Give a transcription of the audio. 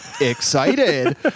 excited